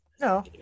No